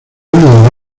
uno